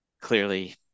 clearly